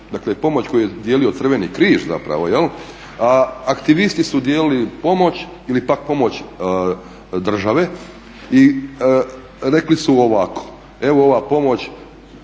dakle i pomoć koju je dijelio Crveni križ zapravo, a aktivisti su dijelili pomoć ili pak pomoć države i rekli su ovako. Evo ova pomoć